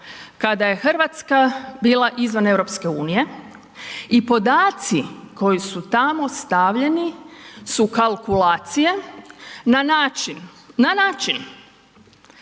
kada je RH bila izvan EU i podaci koji su tamo stavljeni su kalkulacije na način da se